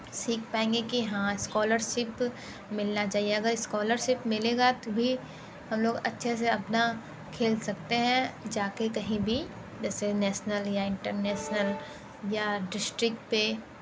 सीख पाएंगे कि हाँ स्कॉलरसिप मिलना चाहिए अगर स्कॉलरसिप मिलेगा तभी हम लोग अच्छे से अपना खेल सकते हैं जा कर कहीं भी जैसे नेसनल या इंटरनेसनल या डिस्टिक पर